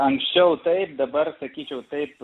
anksčiau taip dabar sakyčiau taip